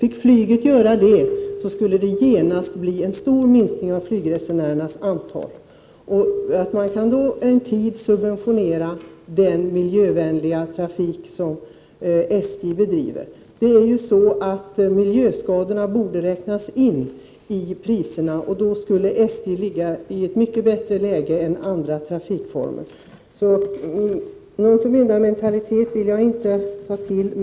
Om flyget fick göra det, skulle antalet flygresenärer genast bli mycket mindre. Under en tid kunde man subventionera den miljövänliga trafik som SJ har. Miljöskadorna borde räknas in i priserna. Då skulle SJ hamna i ett mycket bättre läge än andra trafikslag. Någon förmyndarmentalitet är det alltså inte fråga om.